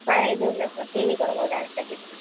வேற எதுவும் இல்லை சார் க்ளினிக் வரும் போது டேரக்டாக கேட்குறேன்